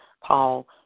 Paul